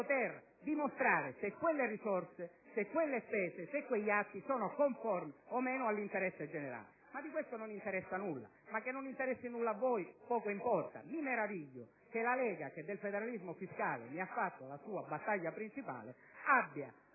di dimostrare se quelle risorse, quelle spese o quegli atti sono conformi o no all'interesse generale. Di questo non vi interessa nulla. E che non interessi nulla a voi poco importa; mi meraviglia invece che la Lega, che del federalismo fiscale ha fatto la propria battaglia principale, abbia